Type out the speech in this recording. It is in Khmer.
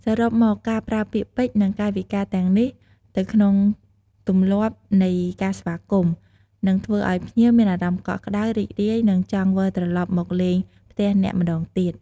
សរុបមកការប្រើពាក្យពេចន៍ និងកាយវិការទាំងនេះទៅក្នុងទម្លាប់នៃការស្វាគមន៍ នឹងធ្វើឲ្យភ្ញៀវមានអារម្មណ៍កក់ក្តៅ រីករាយ និងចង់វិលត្រឡប់មកលេងផ្ទះអ្នកម្ដងទៀត។